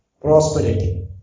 prosperity